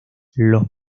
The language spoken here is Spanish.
los